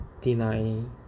deny